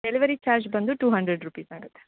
delivery charge ಬಂದು two hundred rupees ಆಗುತ್ತೆ